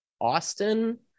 austin